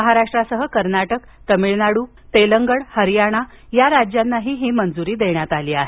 महाराष्ट्रासह कर्नाटक तमिळनाडू तेलंगण आणि हरयाणा या राज्यांसाठी ही मंजूरी देण्यात आली आहे